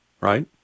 right